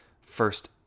first